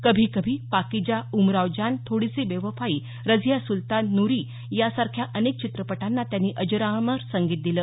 कभी कभी पाकिजा उमराव जान थोडी सी बेवफाई रझिया सुलतान नूरी यांसारख्या अनेक चित्रपटांना त्यांनी अजरामर संगीत दिलं